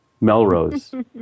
Melrose